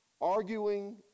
Arguing